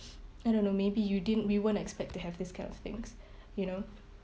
I don't know maybe you didn't we weren't expect to have this kind of things you know